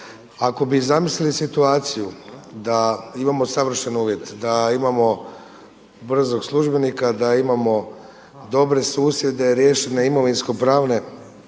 Ako bi zamislili situaciju da imamo savršene uvjete, da imamo brzog službenika, da imamo dobre susjede, riješene imovinsko pravne